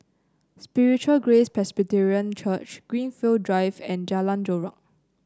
Spiritual Grace Presbyterian Church Greenfield Drive and Jalan Chorak